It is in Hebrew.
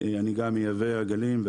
אני גם מייבא עגלים.